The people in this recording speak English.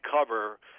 cover